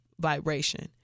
vibration